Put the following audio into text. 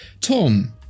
Tom